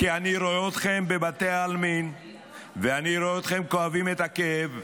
כי אני רואה אתכם בבתי העלמין ואני רואה אתכם כואבים את הכאב,